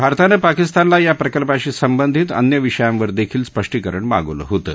भारतानं पाकिस्तानला या प्रकल्पाशी संबधित अन्य विषयांवर दखील स्पष्टीकरण मागवलं होतं